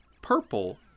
purple